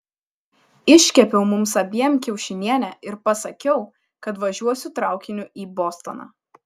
iškepiau mums abiem kiaušinienę ir pasakiau kad važiuosiu traukiniu į bostoną